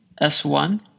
S1